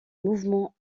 mouvement